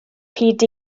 hyd